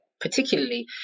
particularly